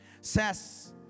says